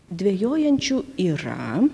dvejojančių yra